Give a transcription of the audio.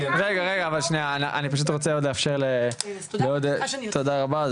תודה רבה.